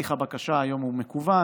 הליך הבקשה היום מקוון,